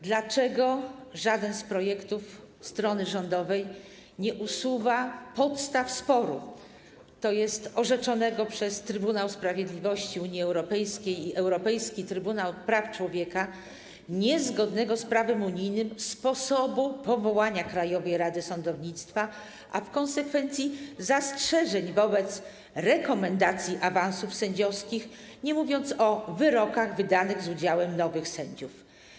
Dlaczego żaden z projektów strony rządowej nie usuwa podstaw sporu, to jest orzeczonego przez Trybunał Sprawiedliwości Unii Europejskiej i Europejski Trybunał Praw Człowieka niezgodnego z prawem unijnym sposobu powołania Krajowej Rady Sądownictwa, a w konsekwencji - zastrzeżeń wobec rekomendacji awansów sędziowskich, nie mówiąc o wyrokach wydanych z udziałem nowych sędziów?